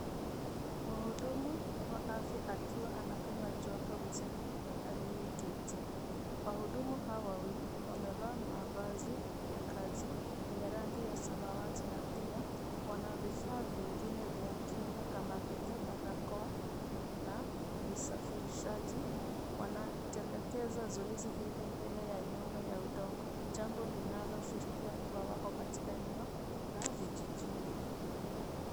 Mhudumu wa afya anaonekana akimpima joto mzee aliyeketi. Wahudumu hao wamevaa mavazi ya kazi ya rangi ya samawati na pia wanatumia vifaa vya kujikinga kama barakoa na glavu. Wanatekeleza zoezi hili mbele ya nyumba ya udongo, jambo linaloashiria kuwa wako katika eneo la vijijini au pembezoni.